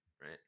right